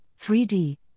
3D